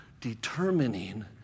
determining